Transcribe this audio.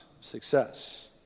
success